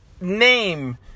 name